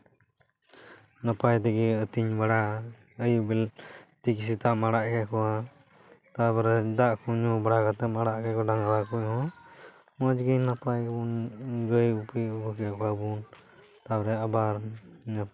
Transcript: ᱱᱟᱯᱟᱭ ᱛᱮᱜᱮ ᱟᱹᱛᱤᱧ ᱵᱟᱲᱟ ᱟᱹᱭᱩᱵ ᱵᱮᱞᱟ ᱛᱮᱦᱮᱧ ᱥᱮᱛᱟᱜ ᱮᱢ ᱟᱲᱟᱜ ᱠᱮᱫ ᱠᱚᱣᱟ ᱛᱟᱯᱚᱨᱮ ᱫᱟᱜ ᱠᱚ ᱧᱩ ᱵᱟᱲᱟ ᱠᱟᱛᱮᱢ ᱟᱲᱟᱜ ᱠᱮᱫ ᱠᱚᱣᱟ ᱰᱟᱝᱨᱟ ᱠᱚ ᱦᱚᱸ ᱢᱚᱡᱽ ᱜᱮ ᱱᱟᱯᱟᱭ ᱜᱮ ᱜᱟᱹᱭ ᱜᱩᱯᱤ ᱟᱹᱜᱩ ᱠᱚᱣᱟ ᱵᱚᱱ ᱛᱟᱯᱚᱨᱮ ᱟᱵᱟᱨ